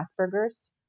Asperger's